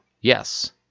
Yes